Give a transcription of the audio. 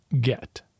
get